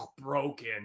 broken